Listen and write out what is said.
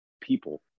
people